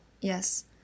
yes